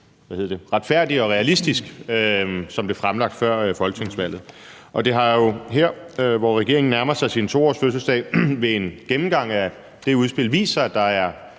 »Retfærdig og realistisk«, som blev fremlagt før folketingsvalget. Det har jo her, hvor regeringen nærmer sig sin 2-årsfødselsdag, ved en gennemgang af det udspil vist sig, at der er